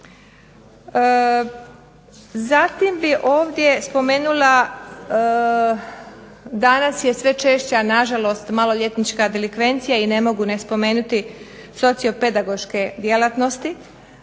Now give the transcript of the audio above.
Zatim bi ovdje spomenula, danas je sve češća na žalost maloljetnička delikvencija i ne mogu ne spomenuti socio-pedagoške djelatnosti,